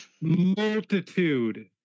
multitude